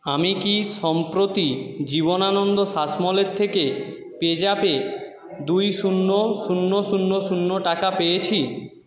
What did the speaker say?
আমি কি সম্প্রতি জীবনানন্দ শাসমলের থেকে পেজ্যাপে দুই শূন্য শূন্য শূন্য শূন্য টাকা পেয়েছি